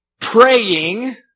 Praying